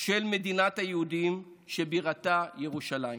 של מדינת היהודים שבירתה ירושלים.